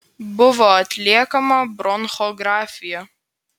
buvo atliekama bronchografija